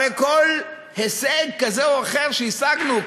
הרי כל הישג כזה או אחר שהשגנו,